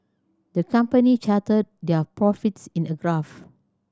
the company charted their profits in a graph